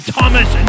Thomas